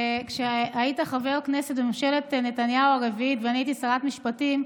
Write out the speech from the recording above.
כשהיית חבר כנסת בממשלת נתניהו הרביעית ואני הייתי שרת משפטים,